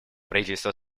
правительство